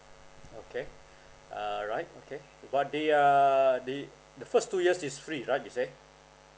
okay alright okay but they are they the first two years is free right you say